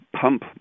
pump